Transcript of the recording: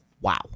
Wow